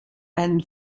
einen